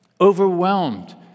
Overwhelmed